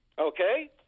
Okay